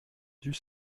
dut